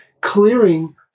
clearing